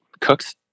cooks